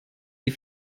die